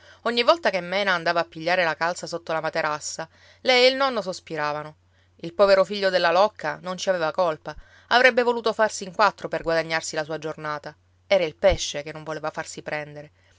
ogni volta che mena andava a pigliare la calza sotto la materassa lei e il nonno sospiravano il povero figlio della locca non ci aveva colpa avrebbe voluto farsi in quattro per guadagnarsi la sua giornata era il pesce che non voleva farsi prendere